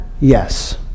Yes